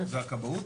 הכבאות,